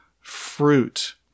fruit